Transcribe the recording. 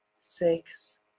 six